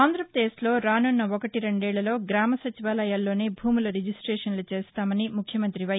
ఆంధ్రాపదేశ్ లో రానున్న ఒకటి రెండేళ్ళలో గ్రామ సచివాలయాల్లోనే భూముల రిజిస్టేషన్ల చేస్తామని ముఖ్యమంతి వై